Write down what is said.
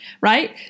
right